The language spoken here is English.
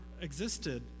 existed